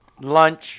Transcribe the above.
lunch